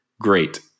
great